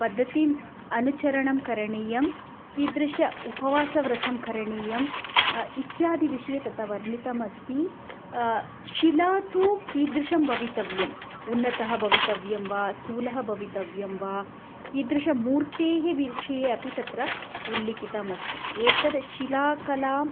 पद्धतिम् अनुचरणं करणीयं किदृशम् उपवासव्रतं करणीयं इत्यादि विषये तथा वर्णितमस्ति शिला तु कीदृशी भवितव्या उन्नता भवितव्या वा स्थूला भवितव्या वा किदृश्याः मूर्तेः विषये अपि तत्र उल्लिखितमस्ति एतद् शिलाकलाम्